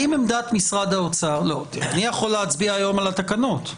אני יכול להצביע היום על התקנות.